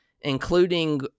including